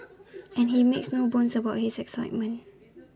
and he makes no bones about his excitement